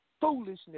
foolishness